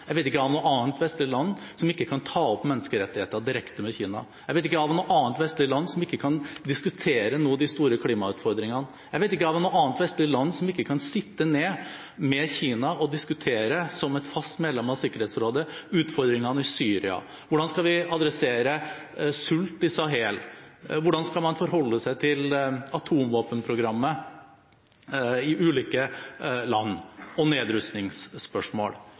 Jeg vet ikke om noe annet vestlig land som ikke kan ta opp menneskerettigheter direkte med Kina. Jeg vet ikke om noe annet vestlig land som ikke nå kan diskutere de store klimautfordringene med Kina. Jeg vet ikke om noe annet vestlig land som ikke kan sitte ned med Kina – som et fast medlem av Sikkerhetsrådet – og diskutere utfordringene i Syria, hvordan vi skal adressere sult i Sahel, hvordan man skal forholde seg til atomvåpenprogrammet i ulike land og nedrustningsspørsmål.